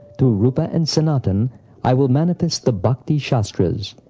through rupa and sanatan i will manifest the bhakti-shastras.